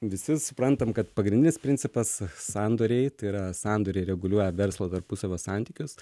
visi suprantam kad pagrindinis principas sandoriai tai yra sandoriai reguliuoja verslo tarpusavio santykius